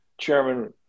Chairman